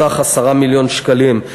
בסך 10 מיליון שקלים.